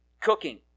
cooking